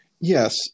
Yes